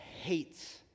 hates